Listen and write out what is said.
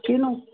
ਕਿਹਨੂੰ